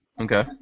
Okay